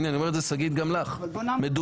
הנה, אני אומר את זה גם לך, שגית.